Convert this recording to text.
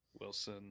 Wilson